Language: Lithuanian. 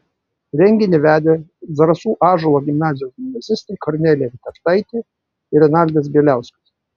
renginį vedė zarasų ąžuolo gimnazijos gimnazistai kornelija vitartaitė ir renaldas bieliauskas